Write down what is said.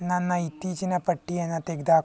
ನನ್ನ ಇತ್ತೀಚಿನ ಪಟ್ಟಿಯನ್ನು ತೆಗ್ದು ಹಾಕು